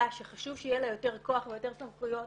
שחשוב שיהיה לה יותר כוח ויותר סמכויות,